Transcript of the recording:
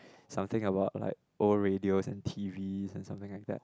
something about old radios and T_Vs and something like that